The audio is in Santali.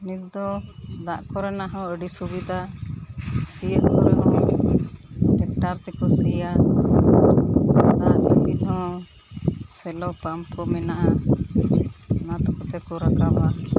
ᱱᱤᱛᱫᱚ ᱫᱟᱜ ᱠᱚᱨᱮᱱᱟᱜ ᱦᱚᱸ ᱟᱹᱰᱤ ᱥᱩᱵᱤᱫᱟ ᱥᱤᱭᱟᱜ ᱠᱚᱨᱮᱦᱚᱸ ᱴᱟᱠᱴᱟᱨᱛᱮ ᱠᱚ ᱥᱤᱭᱟ ᱫᱟᱜ ᱞᱟᱹᱜᱤᱫ ᱦᱚᱸ ᱥᱮᱞᱳ ᱯᱟᱢᱯᱠᱚ ᱢᱮᱱᱟᱜᱼᱟ ᱚᱱᱟ ᱠᱚᱛᱮᱠᱚ ᱨᱟᱠᱟᱵᱟ